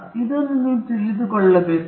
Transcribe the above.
ಇದಕ್ಕಾಗಿ ನಾವು ಯಾಕೆ ಬೇಕು